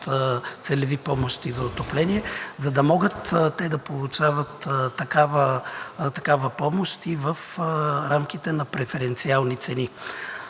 целеви помощи за отопление, за да могат те да получават такава помощ и в рамките на преференциални цени.